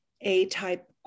A-type